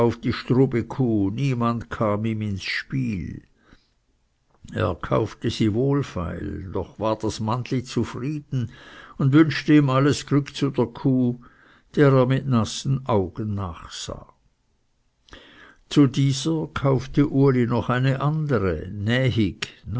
die strube kuh niemand kam ihm ins spiel er kaufte sie wohlfeil doch war das mannli zufrieden und wünschte ihm alles glück zu der kuh der er mit nassen augen nachsah zu dieser kaufte uli noch eine andere nähig